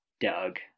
Doug